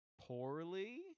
poorly